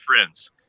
friends